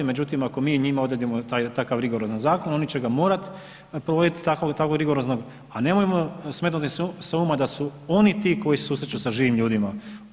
Međutim, ako mi njima odredimo takav rigorozan zakon oni će ga morati provoditi tako rigoroznog, a nemojmo smetnuti s uma da su oni ti koji se susreću sa živim ljudima.